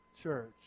church